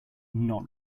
not